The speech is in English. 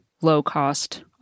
low-cost